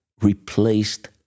replaced